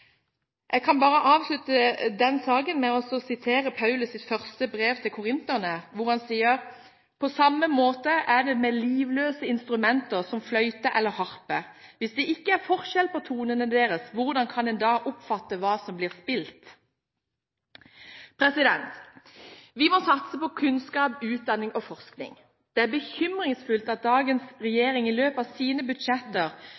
Jeg vil avslutte den saken med å sitere fra Paulus’ første brev til korinterne, hvor han sier: «På samme måte er det med livløse instrumenter som fløyte eller harpe. Hvis det ikke er forskjell på tonene deres, hvordan kan en da oppfatte hva som blir spilt?» Vi må satse på kunnskap, utdanning og forskning. Det er bekymringsfullt at dagens